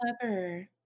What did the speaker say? clever